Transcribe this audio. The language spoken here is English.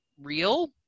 real